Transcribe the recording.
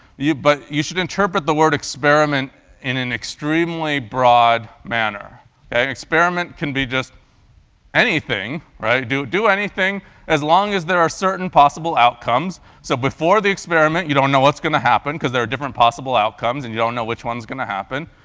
but you should interpret the word experiment in an extremely broad manner. an experiment can be just anything, right? do do anything as long as there are certain possible outcomes. so before the experiment, you don't know what's going to happen, because there are different possible outcomes and you don't know which one's going to happen.